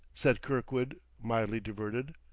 said kirkwood, mildly diverted.